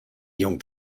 jungen